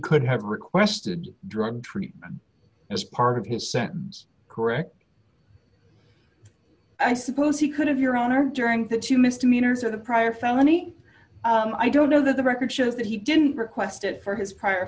could have requested drug treatment as part of his sentence correct i suppose he could have your honor during the two misdemeanors or the prior felony i don't know the record shows that he didn't request it for his prior